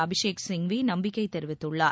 அபிஷேக் சிங்வி நம்பிக்கை தெரிவித்துள்ளார்